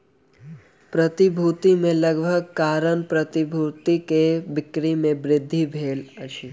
प्रतिभूति में लाभक कारण प्रतिभूति के बिक्री में वृद्धि भेल अछि